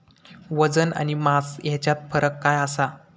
वजन आणि मास हेच्यात फरक काय आसा?